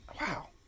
Wow